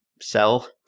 sell